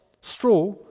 straw